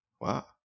Wow